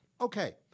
Okay